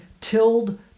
tilled